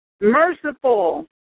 merciful